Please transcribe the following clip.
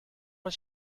was